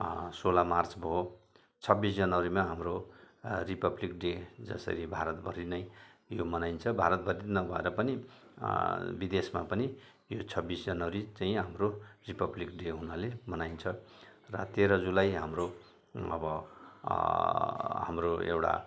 सोह्र मार्च भयो छब्बिस जनवरीमा हाम्रो रिपब्लिक डे जसरी भारतभरि नै यो मनाइन्छ भारतभरि नभएर पनि विदेशमा पनि यो छब्बिस जनवरी चाहिँ हाम्रो रिपब्लिक डे हुनाले मनाइन्छ र तेह्र जुलाई हाम्रो अब हाम्रो एउटा